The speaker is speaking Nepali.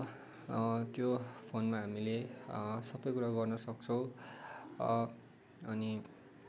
त्यो त्यो फोनमा हामीले सबै कुरो गर्न सक्छौँ अनि